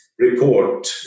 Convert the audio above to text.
report